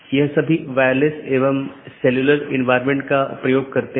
वोह इसको यह ड्रॉप या ब्लॉक कर सकता है एक पारगमन AS भी होता है